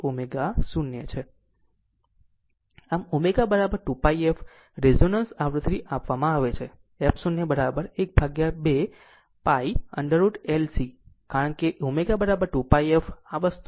આમ ω2 pi f resonance આવૃત્તિ આપવામાં આવે છે f 0 12 pI√ L C કારણ કે ω 2 pi f આ વસ્તુ